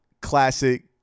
classic